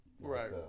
right